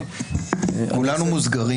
כולנו מוסגרים.